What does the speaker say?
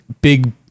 big